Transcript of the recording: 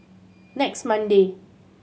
next Monday